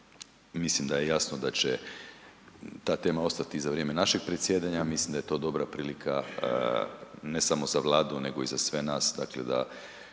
mislim da je jasno da će ta tema ostati i za vrijeme našeg predsjedanja, mislim da je to dobra prilika ne samo za Vladu, nego i za sve nas,